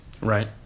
Right